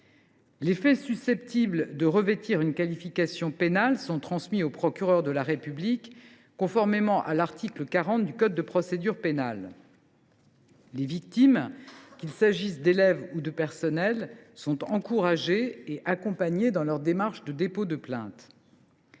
Les faits susceptibles de revêtir une qualification pénale sont transmis au procureur de la République, sur le fondement de l’article 40 du code de procédure pénale. Les victimes, qu’il s’agisse d’élèves ou de personnels, sont encouragées et accompagnées dans leurs démarches de dépôt de plainte.